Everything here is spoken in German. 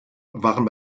waren